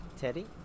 Teddy